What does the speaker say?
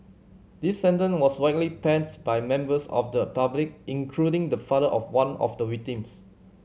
this sentence was widely pans by members of the public including the father of one of the victims